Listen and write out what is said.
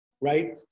right